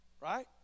Right